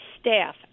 staff